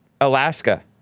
Alaska